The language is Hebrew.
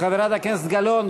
חברת הכנסת גלאון,